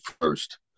first